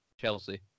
Chelsea